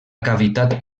cavitat